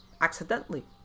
accidentally